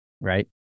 right